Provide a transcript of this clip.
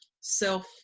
self